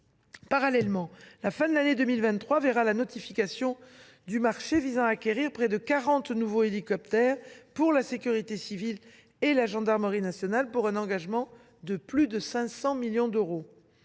Parallèlement, la fin de l’année 2023 verra la notification du marché visant à acquérir près de quarante nouveaux hélicoptères pour la sécurité civile et pour la gendarmerie nationale, pour un engagement de plus de 500 millions d’euros.